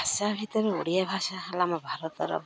ଭାଷା ଭିତରେ ଓଡ଼ିଆ ଭାଷା ହେଲା ଆମ ଭାରତର